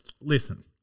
listen